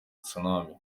tsunami